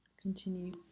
continue